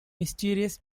mysterious